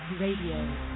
Radio